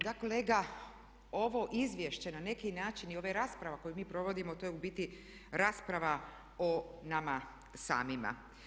Da kolega, ovo Izvješće na neki način i ova rasprava koju mi provodimo to je u biti rasprava o nama samima.